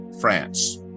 France